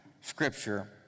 scripture